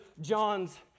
John's